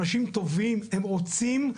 אנשים טובים, הם רוצים.